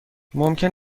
ممکن